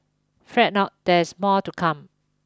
fret not there is more to come